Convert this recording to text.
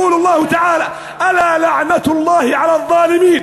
בשם אלוהים הרחמן והרחום "עוד יֵדעו בני העוולה לאן סופם להגיע".